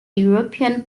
european